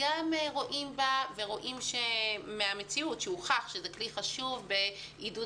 וגם רואים מן המציאות שהוכח שזה כלי חשוב לעידוד